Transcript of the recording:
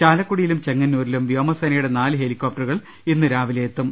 ചാലക്കുടിയിലും ചെങ്ങന്നൂരിലും വ്യോമസേനയുടെ നാല് ഹെലികോ പ്ടറുകൾ ഇന്ന് രാവിലെയെത്തും